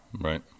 Right